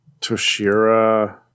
Toshira